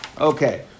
Okay